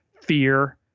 fear